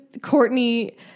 Courtney